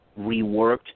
reworked